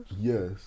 Yes